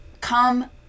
come